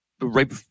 right